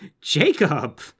Jacob